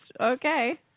Okay